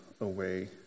away